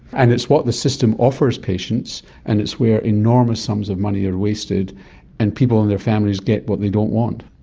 and it's what the system offers patients and it's where enormous sums of money are wasted and people and their families get what they don't want.